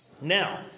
Now